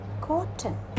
cotton